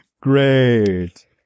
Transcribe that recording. Great